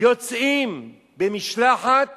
יוצאים במשלחת